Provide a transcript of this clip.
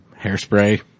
hairspray